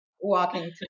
walking